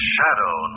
Shadow